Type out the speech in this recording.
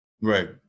Right